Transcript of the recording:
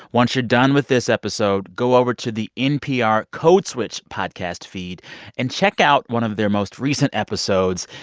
once you're done with this episode, go over to the npr code switch podcast feed and check out one of their most recent episodes.